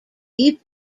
deep